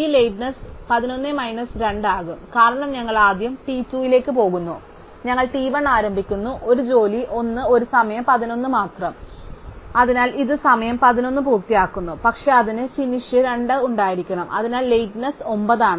ഈ lateness 11 minus 2 ആകും കാരണം ഞങ്ങൾ ആദ്യം t 2 ലേക്ക് പോകുന്നു അതിനാൽ ഞങ്ങൾ t1 ആരംഭിക്കുന്നു ഒരു ജോലി 1 ഒരു സമയം 11 മാത്രം അതിനാൽ ഇത് സമയം 11 പൂർത്തിയാക്കുന്നു പക്ഷേ അതിന് ഫിനിഷ് 2 ഉണ്ടായിരിക്കണം അതിനാൽ ലേറ്റ്നെസ് 9 ആണ്